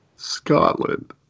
Scotland